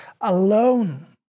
alone